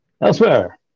Elsewhere